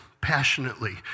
passionately